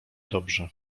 dobrze